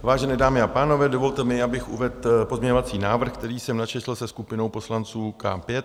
Vážené dámy a pánové, dovolte mi, abych uvedl pozměňovací návrh, který jsem načetl se skupinou poslanců K5.